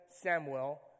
Samuel